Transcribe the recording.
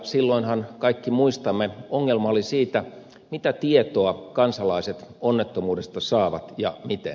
silloinhan kaikki muistamme ongelma oli mitä tietoa kansalaiset onnettomuudesta saavat ja miten